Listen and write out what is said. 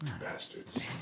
bastards